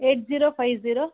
eight zero five zero